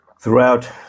throughout